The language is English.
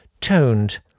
toned